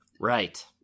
right